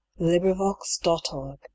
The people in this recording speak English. LibriVox.org